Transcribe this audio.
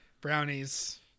brownies